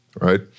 Right